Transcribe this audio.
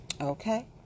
Okay